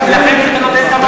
לכן זה נותן את המענה.